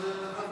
לא יהיה מחר.